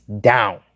down